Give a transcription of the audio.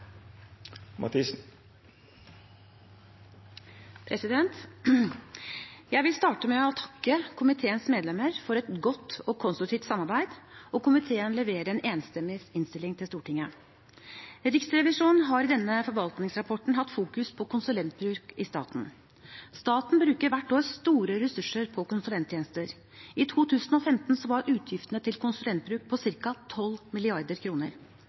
vil starte med å takke komiteens medlemmer for et godt og konstruktivt samarbeid. Komiteen leverer en enstemmig innstilling til Stortinget. Riksrevisjonen har i denne forvaltningsrapporten hatt fokus på konsulentbruk i staten. Staten bruker hvert år store ressurser på konsulenttjenester. I 2015 var utgiftene til konsulentbruk på